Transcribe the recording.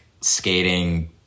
Skating